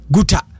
Guta